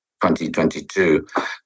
2022